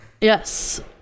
yes